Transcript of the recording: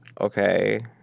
okay